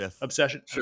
obsession